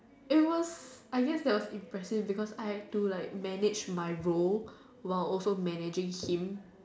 it was I guess there was impressions because I had to like manage my role while also managing him